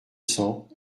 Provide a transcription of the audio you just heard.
cents